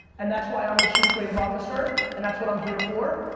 and that's why i'm the chief creative officer and that's what i'm here for.